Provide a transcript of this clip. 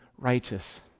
righteous